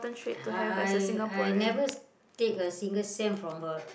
I I I never take a single cent from her